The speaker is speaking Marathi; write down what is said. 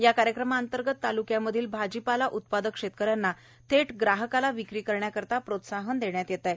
या कार्यक्रमाअंतर्गत ताल्क्यामधल्या भाजीपाला उत्पादक शेतकऱ्यांना थेट ग्राहकाला विक्री करण्याकरता प्रोत्साहन देण्यात येत आहे